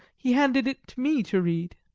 he handed it to me to read.